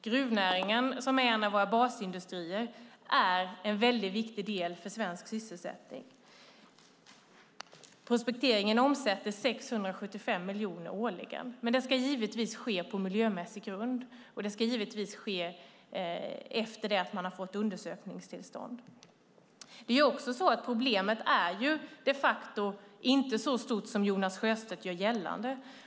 Gruvnäringen, som är en av våra basindustrier, är väldigt viktig för svensk sysselsättning. Prospekteringen omsätter 675 miljoner kronor årligen. Men den ska givetvis ske på miljömässig grund, och den ska givetvis ske efter det att man har fått undersökningstillstånd. Problemet är de facto inte så stort som Jonas Sjöstedt gör gällande.